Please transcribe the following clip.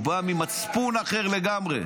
הוא בא ממצפון אחר לגמרי.